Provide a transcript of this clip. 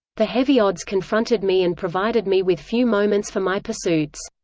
the heavy odds confronted me and provided me with few moments for my pursuits.